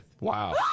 Wow